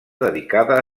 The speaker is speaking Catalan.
dedicada